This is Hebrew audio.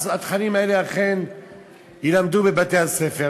אז התכנים האלה אכן יילמדו בבתי-הספר,